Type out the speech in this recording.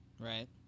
Right